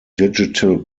digital